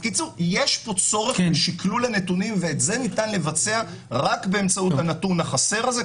יש פה צורך שקלול הנתונים ואת זה ניתן לבצע רק באמצעות הנתון החסר הזה.